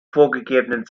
vorgegebenen